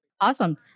Awesome